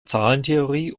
zahlentheorie